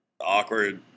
Awkward